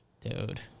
Dude